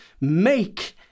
make